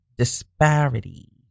Disparity